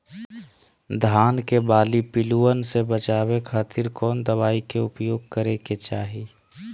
धान के बाली पिल्लूआन से बचावे खातिर कौन दवाई के उपयोग करे के चाही?